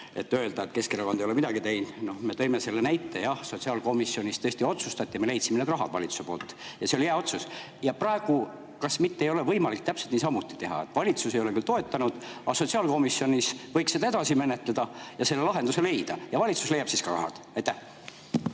saa öelda, et Keskerakond ei ole midagi teinud. Me tõime selle näite, jah. Sotsiaalkomisjonis tõesti otsustati, me leidsime need rahad valitsuses, ja see oli hea otsus. Kas praegu ei ole võimalik täpselt niisamuti teha, et valitsus ei ole küll toetanud, aga sotsiaalkomisjonis võiks seda edasi menetleda ja selle lahenduse leida ja valitsus leiab siis ka rahad?